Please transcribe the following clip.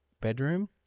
bedroom